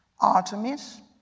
Artemis